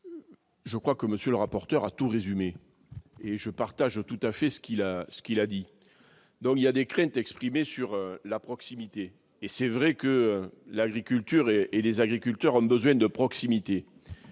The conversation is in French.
je crois que monsieur le rapporteur a tout résumé et je partage tout à fait ce qu'il a ce qu'il a dit dont il y a des craintes exprimées sur la proximité et c'est vrai que l'agriculture et les agriculteurs ont besoin de proximité